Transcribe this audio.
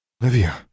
Livia